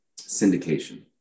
syndication